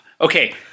Okay